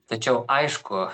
tačiau aišku